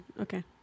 Okay